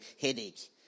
headache